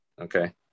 okay